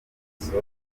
y’imari